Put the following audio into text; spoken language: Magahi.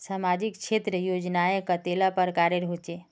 सामाजिक क्षेत्र योजनाएँ कतेला प्रकारेर होचे?